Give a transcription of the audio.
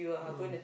mm